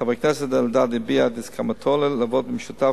חבר הכנסת אלדד הביע את הסכמתו לעבוד במשותף